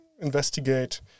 investigate